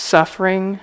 Suffering